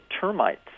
termites